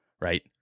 right